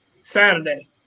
Saturday